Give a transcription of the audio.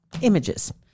images